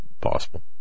possible